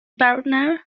bartner